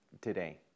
today